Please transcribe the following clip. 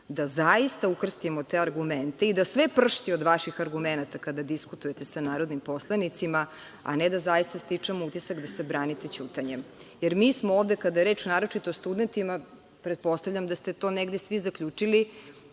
da zaista ukrstimo te argumente i da sve pršti od vaših argumenata kada diskutujete sa narodnim poslanicima, ne da zaista stičemo utisak da se branite ćutanjem. Kada je reč naročito o studentima, mi smo ovde, pretpostavljam da ste to negde svi zaključili,